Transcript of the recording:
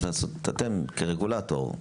כרגולטור.